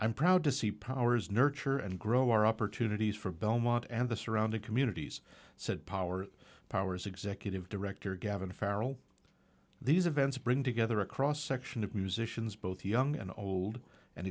i'm proud to see powers nurture and grow our opportunities for belmont and the surrounding communities said power power's executive director gavin pharrell these events bring together a cross section of musicians both young and old and